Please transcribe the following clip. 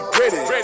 ready